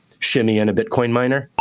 shimmy in a bitcoin miner